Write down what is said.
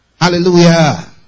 Hallelujah